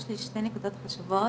יש לי שתי נקודות חשובות,